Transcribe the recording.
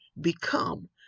become